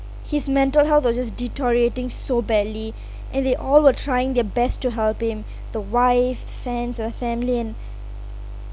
his mental health was deteriorating so badly and they all were trying their best to help him the wife the friends the family and